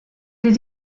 did